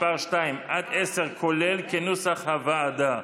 2 עד 10, כולל, כנוסח הוועדה.